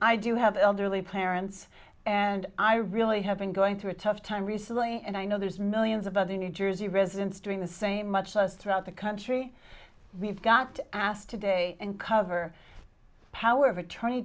i do have elderly parents and i really have been going through a tough time recently and i know there's millions of other new jersey residents doing the same much less throughout the country we've got to asked today and cover power of attorney